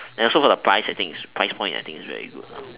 and also the price price point is really good